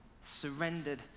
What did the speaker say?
Surrendered